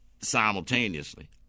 simultaneously